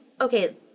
Okay